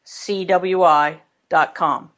CWI.com